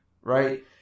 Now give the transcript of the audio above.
right